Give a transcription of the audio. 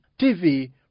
TV